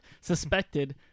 suspected